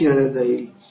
खेळ कुठे असतील